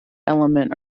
element